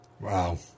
Wow